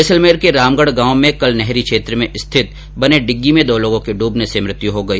जैसलमेर के रामगढ गांव में कल नहरी क्षेत्र में स्थित बने डिग्गी में दो लोगों की डूबने से मृत्यु हो गई